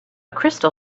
crystal